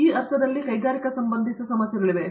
ಹಾಗಾಗಿ ಆ ಅರ್ಥದಲ್ಲಿ ಕೈಗಾರಿಕಾ ಸಂಬಂಧಿತ ಸಮಸ್ಯೆಗಳಿವೆ